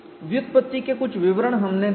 व्युत्पत्ति के कुछ विवरण हमने देखे